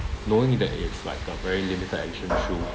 knowing that it's like a very limited edition shoe